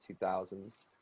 2000s